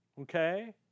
Okay